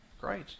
great